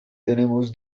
tenemos